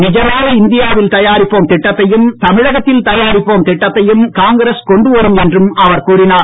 நிஜமான இந்தியாவில் தயாரிப்போம் திட்டத்தையும் தமிழகத்தில் தயாரிப்போம் திட்டத்தையும் காங்கிரஸ் கொண்டு வரும் என்றும் அவர் கூறினார்